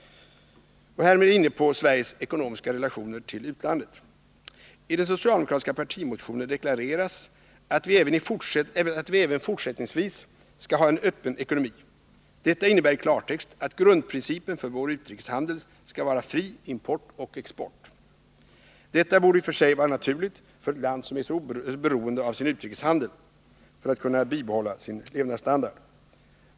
Och härmed är jag inne på Sveriges ekonomiska relationer till utlandet. I den socialdemokratiska partimotionen deklareras att vi även fortsättningsvis skall ha en öppen ekonomi. Detta innebär i klartext att grundprincipen för vår utrikeshandel skall vara fri import och export. Detta borde i och för sig vara naturligt för ett land som är så beroende av sin utrikeshandel för att kunna bibehålla sin levnadsstandard.